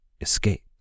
escape